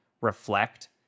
reflect